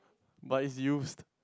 but it's used